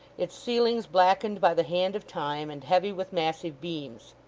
its ceilings blackened by the hand of time, and heavy with massive beams.